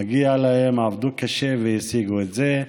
מגיע להם, עבדו קשה והשיגו את זה.